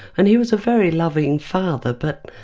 and he was a very loving father but